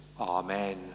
Amen